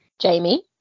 Jamie